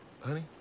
honey